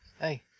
Hey